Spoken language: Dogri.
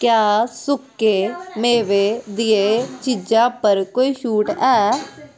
क्या सुक्के मेवें दियें चीजां पर कोई छूट ऐ